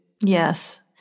Yes